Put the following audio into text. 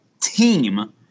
team